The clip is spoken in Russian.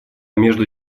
между